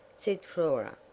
said flora.